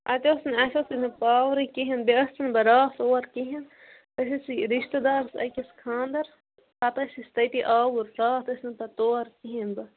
تتہٕ اوسُے نہَ اَسہِ اوسُے نہَ پاورے کِہیٖنٛۍ بیٚیہ ٲسٕس نہَ بہٕ راتھ اور کِہیٖنٛۍ أسۍ ٲسی رِشتہٕ دارس أکِس خانٛدر پتہٕ ٲسۍ أسۍ تتی آوُرۍ راتھ ٲسۍ نہَ پتہٕ تور کِہیٖنٛۍ بہٕ